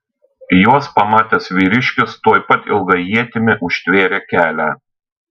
juos pamatęs vyriškis tuoj pat ilga ietimi užtvėrė kelią